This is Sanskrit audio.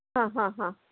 हा हा हा